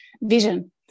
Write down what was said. vision